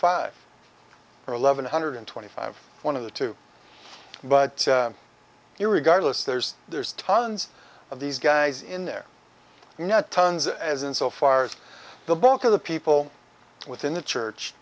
or eleven hundred and twenty five one of the two but you regardless there's there's tons of these guys in there not tons as in so far as the bulk of the people within the church